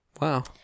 Wow